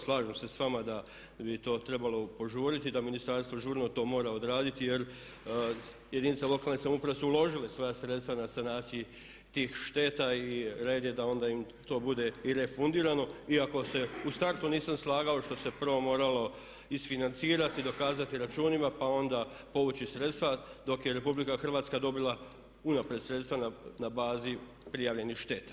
Slažem se sa vama da bi to trebalo požuriti, da ministarstvo žurno to mora odraditi jer jedinice lokalne samouprave su uložile svoja sredstva na sanaciji tih šteta i red je da onda im to bude i refundirano iako se u startu nisam slagao što se prvo moralo isfinancirati, dokazati računima, pa onda povući sredstva dok je Republika Hrvatska dobila unaprijed sredstva na bazi prijavljenih šteta.